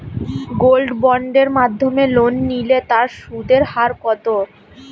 Gold বন্ডের মাধ্যমে loan নিলে তার সুদের হার কত?